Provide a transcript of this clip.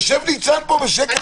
יושב פה ניצן בשקט.